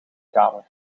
kamer